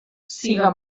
siga